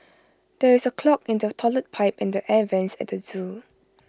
there is A clog in the Toilet Pipe and the air Vents at the Zoo